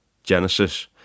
genesis